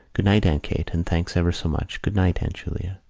good-night, aunt kate, and thanks ever so much. goodnight, aunt julia.